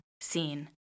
scene